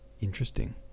Interesting